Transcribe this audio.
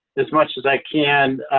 as much as i can